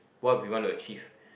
what we want to achieve